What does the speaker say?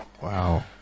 Wow